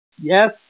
Yes